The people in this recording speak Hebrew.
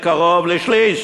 לקרוב לשליש,